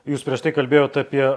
jūs prieš tai kalbėjot apie